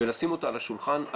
ולשים אותה על השולחן.